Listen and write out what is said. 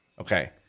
Okay